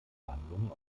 verhandlungen